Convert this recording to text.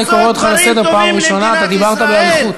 אתה דיברת באריכות.